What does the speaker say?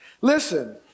Listen